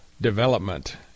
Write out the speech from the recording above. development